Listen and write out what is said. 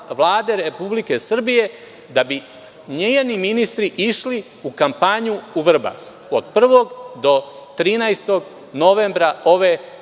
Vlade Republike Srbije da bi njeni ministri išli u kampanju u Vrbas od 1. do 13. novembra ove